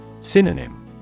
Synonym